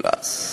67 שנים.